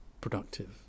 productive